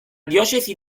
diocesi